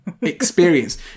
experience